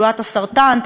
תחלואת הלב,